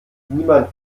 niemand